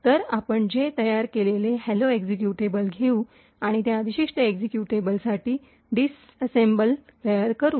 तर आपण जे तयार केलेलो हॅलो एक्जीक्यूटेबल घेऊ आणि त्या विशिष्ट एक्जीक्यूटेबलसाठी डिससेम्बल तयार करू